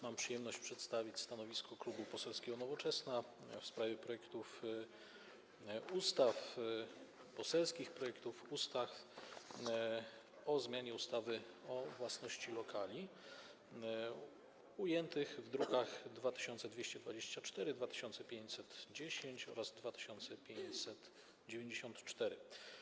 Mam przyjemność przedstawić stanowisko Klubu Poselskiego Nowoczesna w sprawie poselskich projektów ustaw o zmianie ustawy o własności lokali, zawartych w drukach nr 2224, 2510 oraz 2594.